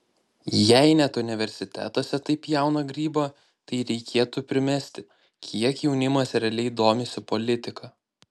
jei net universitetuose taip pjauna grybą tai reikėtų primesti kiek jaunimas realiai domisi politika